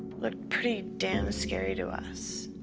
looked pretty damn scary to us.